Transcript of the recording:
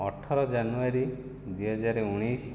ଅଠର ଜାନୁୟାରୀ ଦୁଇହଜାର ଉଣେଇଶ